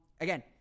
Again